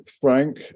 Frank